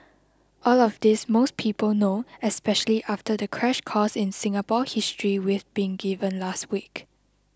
all of this most people know especially after the crash course in Singapore history we've been given last week